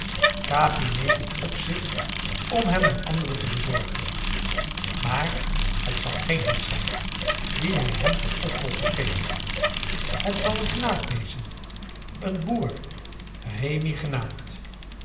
capi neemt het op zich om hem een ander te bezorgen maar het zal geen hond zijn dien hij hem tot opvolger geeft het zal een knaap wezen een boer rémi genaamd